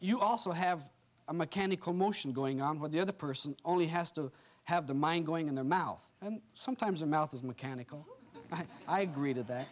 you also have a mechanical motion going on where the other person only has to have the mind going in their mouth and sometimes a mouth is mechanical and i agree to that